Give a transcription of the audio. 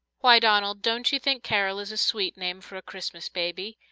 why, donald, don't you think carol is a sweet name for a christmas baby?